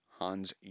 Hans